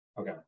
Okay